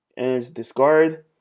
and it's discard.